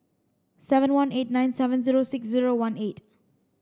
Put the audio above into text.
seven one eight nine seven zero six zero one eight